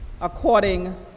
according